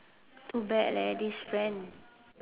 too bad leh this friend